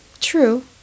True